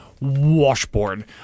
Washboard